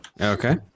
Okay